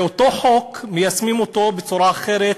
זה אותו חוק שמיישמים בצורה אחרת